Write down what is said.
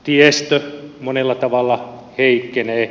tiestö monella tavalla heikkenee